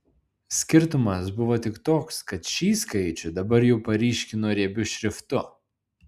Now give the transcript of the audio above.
skirtumas buvo tik toks kad šį skaičių dabar jau paryškino riebiu šriftu